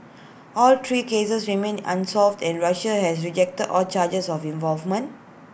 all three cases remain unsolved and Russia has rejected all charges of involvement